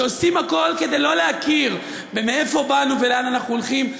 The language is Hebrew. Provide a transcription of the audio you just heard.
שעושים הכול כדי שלא להכיר "מאיפה באנו ולאן אנחנו הולכים",